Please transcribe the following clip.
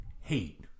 hate